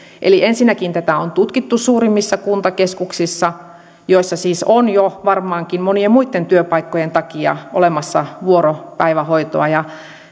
eli ensinnäkin tätä on tutkittu suurimmissa kuntakeskuksissa joissa siis on jo varmaankin monien muitten työpaikkojen takia olemassa vuoropäivähoitoa ja